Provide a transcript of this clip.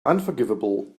unforgivable